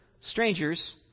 strangers